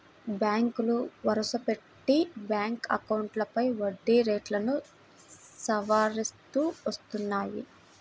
బ్యాంకులు వరుసపెట్టి బ్యాంక్ అకౌంట్లపై వడ్డీ రేట్లను సవరిస్తూ వస్తున్నాయి